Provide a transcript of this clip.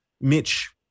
Mitch